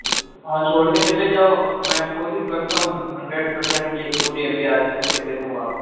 है छोड़ के चले जाओ में कोशिश करता हूँ हंड्रेड पर्सेन्ट कि पूरी अभी आज कर के दे दूँगा आपको